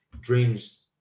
Dreams